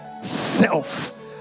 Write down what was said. self